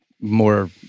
more